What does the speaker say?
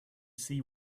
see